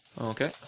Okay